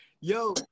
Yo